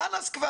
חלאס.